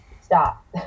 stop